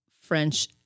French